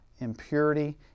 impurity